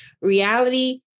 Reality